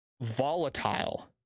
volatile